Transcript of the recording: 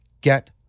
Get